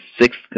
sixth